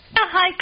Hi